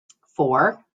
four